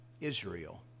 Israel